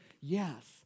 yes